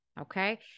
Okay